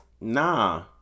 Nah